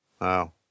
Wow